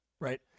Right